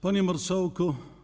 Panie Marszałku!